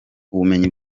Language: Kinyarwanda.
ubumenyi